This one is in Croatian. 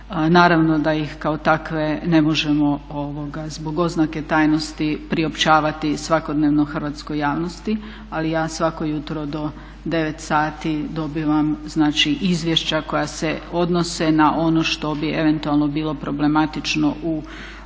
Naravno da ih kao takve ne možemo zbog oznake tajnosti priopćavati svakodnevno hrvatskoj javnosti ali ja svako jutro do 9 sati dobivam znači izvješća koja se odnose na ono što bi eventualno bilo problematično u poziciji